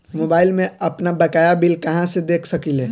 Mobile में आपनबकाया bill कहाँसे देख सकिले?